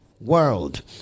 world